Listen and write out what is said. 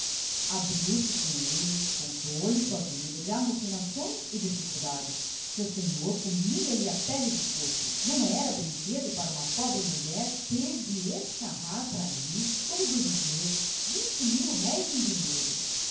abriu-se com ele contou-lhe a sua vida de amofinações e dificuldades seu senhor comia lhe a pele do corpo não era brinquedo para uma pobre mulher ter de escarrar prali todos os meses vinte mil-réis em dinheiro